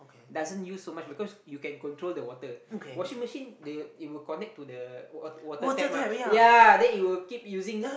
doesn't use so much because you can control the water washing machine the it will connect to the water water tap mah ya then it will keep using